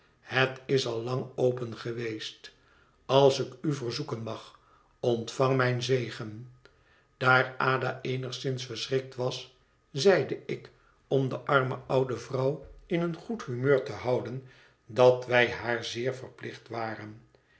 het is al lang open geweest als ik m verzoeken mag ontvang mijn zegen daar ada eenigszins verschrikt was zeide ik om de arme oude vrouw in een goed humeur te houden dat wij haar zeer verplicht waren